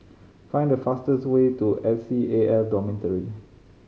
find the fastest way to S C A L Dormitory